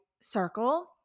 circle